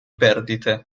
perdite